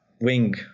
wing